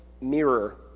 mirror